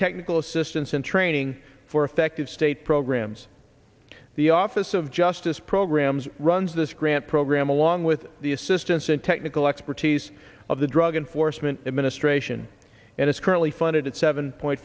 technical assistance and training for effective state programs the office of justice programs runs this grant program along with the assistance and technical expertise of the drug enforcement administration and is currently funded at seven point